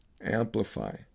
Amplify